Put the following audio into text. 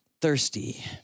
thirsty